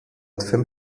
twym